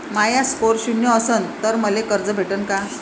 माया score शून्य असन तर मले कर्ज भेटन का?